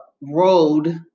road